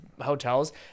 hotels